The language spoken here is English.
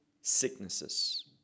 sicknesses